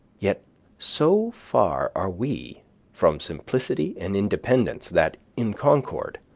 yet so far are we from simplicity and independence that, in concord,